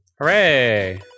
Hooray